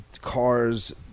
cars